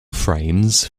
frames